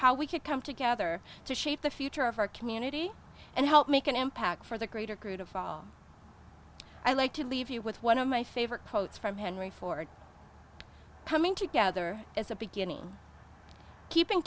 how we could come together to shape the future of our community and help make an impact for the greater good of fall i like to leave you with one of my favorite quotes from henry ford coming together as a beginning keeping